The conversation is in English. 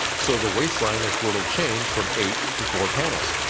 so the waistline is where it will change from eight to four panels.